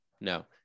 no